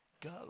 go